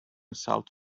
salt